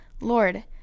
Lord